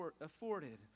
afforded